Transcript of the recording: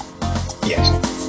Yes